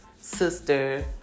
sister